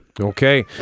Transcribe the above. Okay